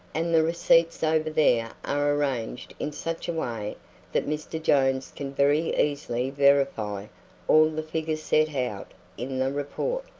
and the receipts over there are arranged in such a way that mr. jones can very easily verify all the figures set out in the report.